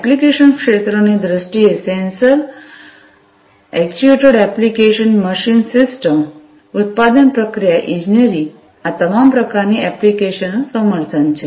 application ક્ષેત્રોની દ્રષ્ટિએ sensor actuated applications machine system ઉત્પાદન પ્રક્રિયા ઇજનેરી આ તમામ પ્રકારની એપ્લિકેશનોને સમર્થન છે